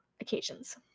occasions